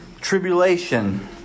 tribulation